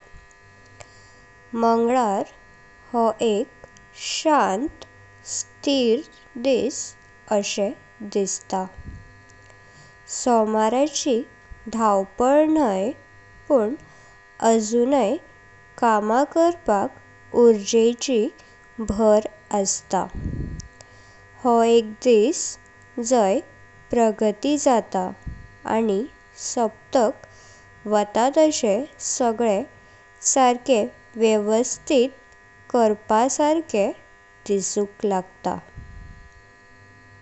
मंगळार हो एक शांत, स्थिर दिस असे दिसता। सोमाराची धावपळ न्हय पण आजुना कामा करपाक ऊर्जा भर असता। हो एक दिस झाय प्रगती जाता आनी सप्तक वाता तशे सग्ले सर्के व्यवस्थित करपा सर्के दिसुक लागत।